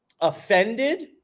offended